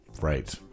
Right